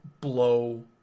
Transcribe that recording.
blow